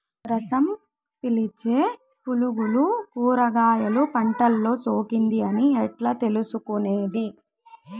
రసం పీల్చే పులుగులు కూరగాయలు పంటలో సోకింది అని ఎట్లా తెలుసుకునేది?